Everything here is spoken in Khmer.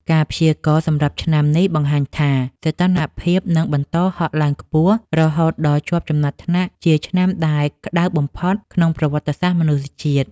ការព្យាករណ៍សម្រាប់ឆ្នាំនេះបង្ហាញថា សីតុណ្ហភាពនឹងបន្តហក់ឡើងខ្ពស់រហូតដល់ជាប់ចំណាត់ថ្នាក់ជាឆ្នាំដែលក្ដៅបំផុតក្នុងប្រវត្តិសាស្ត្រមនុស្សជាតិ។